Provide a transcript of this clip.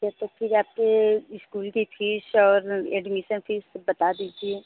ठीक है तो फिर आपके इस्कूल की फीस और एडमिसन फीस बता दीजिए